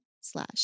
slash